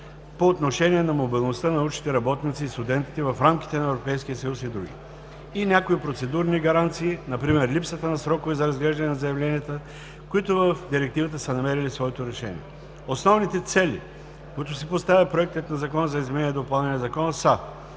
по отношение на мобилността на научните работници и студентите в рамките на Европейския съюз и други; и някои процедурни гаранции – например липсата на срокове за разглеждане на заявленията, които в Директивата са намерили своето решение. Основните цели, които си поставя Проектът на Закона за изменение и допълнение на Закона са: